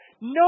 No